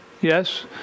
Yes